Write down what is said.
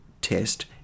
test